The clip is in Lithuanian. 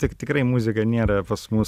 tiek tikrai muzika nėra pas mus